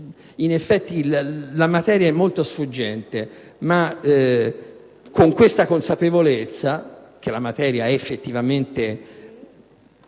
In effetti, la materia è molto sfuggente. Pur con la consapevolezza che la materia è effettivamente